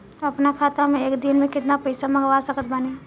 अपना खाता मे एक दिन मे केतना पईसा मँगवा सकत बानी?